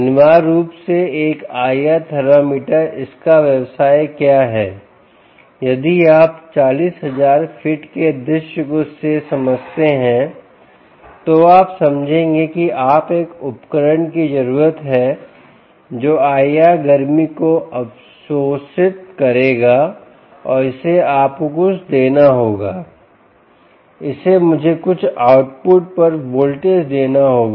अनिवार्य रूप से एक IR थर्मामीटर इसका व्यवसाय क्या है यदि आप 40000 फीट के दृश्य से समझते हैं तो आप समझेंगे कि आप एक उपकरण की जरूरत है जो IR गर्मी को अवशोषित करेगा और इसे आपको कुछ देना होगा इसे मुझे कुछ आउटपुट पर वोल्टेज देना होगा